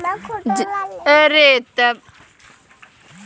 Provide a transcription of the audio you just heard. जैविक फसल क बाजारी कीमत ज्यादा होला